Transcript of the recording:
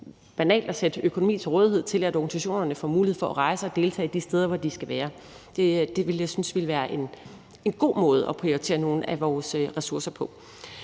banalt at sætte økonomi til rådighed, sådan at organisationerne får mulighed for at rejse og deltage de steder, hvor de skal være. Det ville jeg synes var en god måde at prioritere nogle af vores ressourcer på.